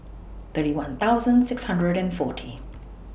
thirty one thousand six hundred and forty